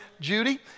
Judy